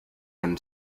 him